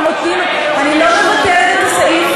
אנחנו נותנים, אני לא מבטלת את הסעיף.